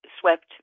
swept